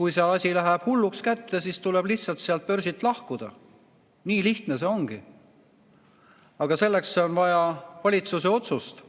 Kui asi läheb hulluks kätte, siis tuleb lihtsalt börsilt lahkuda. Nii lihtne see ongi. Aga selleks on vaja valitsuse otsust,